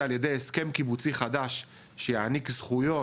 על ידי הסכם קיבוצי חדש שיעניק זכויות,